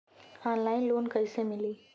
Online loan कइसे मिली?